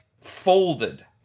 folded